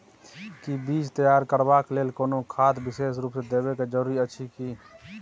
कि बीज तैयार करबाक लेल कोनो खाद विशेष रूप स देबै के जरूरी अछि की?